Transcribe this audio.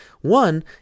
one